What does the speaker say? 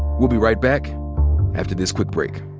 we'll be right back after this quick break.